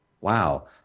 Wow